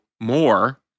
more